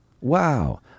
wow